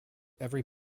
every